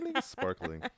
sparkling